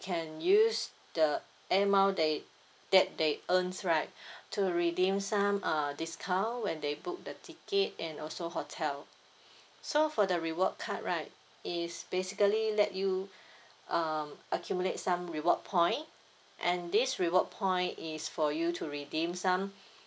can use the air mile that that they earn right to redeem some err discount when they book the ticket and also hotel so for the reward card right is basically let you um accumulate some reward point and this reward point is for you to redeem some